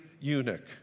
eunuch